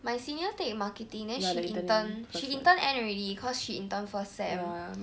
my senior take marketing then she intern she intern end already cause she intern first sem